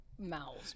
Mouths